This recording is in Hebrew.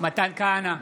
בעד מתן כהנא,